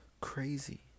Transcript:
Crazy